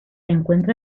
encuentra